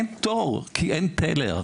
אין פטור כי אין teller.